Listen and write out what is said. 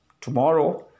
tomorrow